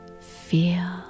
Feel